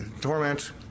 torment